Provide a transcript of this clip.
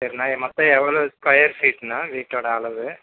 சரிண்ணா மொத்தம் எவ்வளோ ஸ்கொயர் ஃபீட்ண்ணா வீட்டோடய அளவு